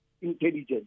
intelligence